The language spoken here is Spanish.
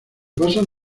pasan